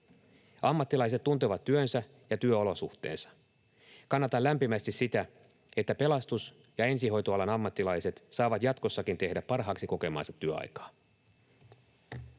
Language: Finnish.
Ammattilaiset tuntevat työnsä ja työolosuhteensa. Kannatan lämpimästi sitä, että pelastus‑ ja ensihoitoalan ammattilaiset saavat jatkossakin tehdä parhaaksi kokemaansa työaikaa.